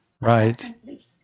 Right